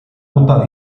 ruta